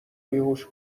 بیهوش